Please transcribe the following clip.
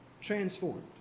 transformed